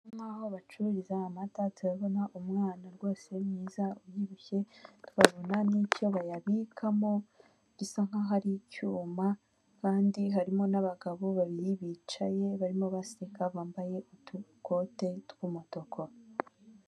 Asa nkaho bacururiza amata turabona umwana rwose mwiza ubyibushye, babonana ncyo bayabikamo bisa nkaho'aho hari icyuma, kandi harimo n'abagabo babiri bicaye barimo baseka bambaye utukote tw'umutuku.